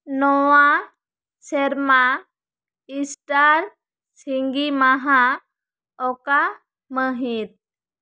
ᱱᱚᱣᱟ ᱥᱮᱨᱢᱟ ᱤᱥᱴᱟᱨ ᱥᱤᱸᱜᱤᱢᱟᱦᱟ ᱚᱠᱟ ᱢᱟᱦᱤᱛ